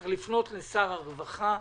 צריך לפנות לשר הרווחה,